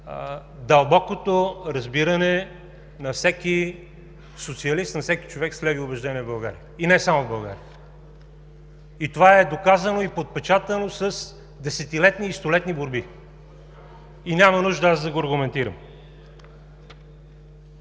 дълбокото разбиране на всеки социалист, на всеки човек с леви убеждения в България – и не само в България, доказано е и подпечатано с десетилетни и столетни борби и няма нужда аз да го аргументирам.